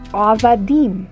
avadim